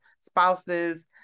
spouses